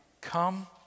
come